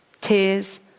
tears